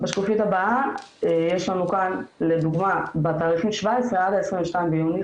בשקופית הבאה יש לנו כאן לדוגמה בתאריכים 17-22 ביוני,